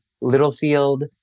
Littlefield